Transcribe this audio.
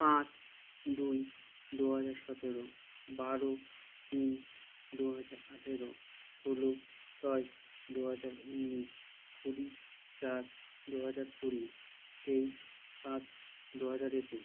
পাঁচ দুই দুহাজার সতেরো বারো তিন দুহাজার আঠারো ষোলো ছয় দুহাজার উনিশ কুড়ি চার দুহাজার কুড়ি তেইশ পাঁচ দুহাজার একুশ